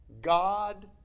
God